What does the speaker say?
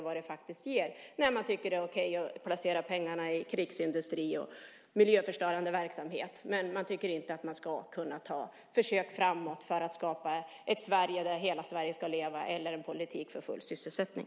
Man tycker ju att det är okej att placera pengarna i krigsindustri och miljöförstörande verksamhet, men man tycker inte att man ska kunna göra försök framåt för att skapa ett Sverige där hela Sverige ska leva eller en politik för full sysselsättning.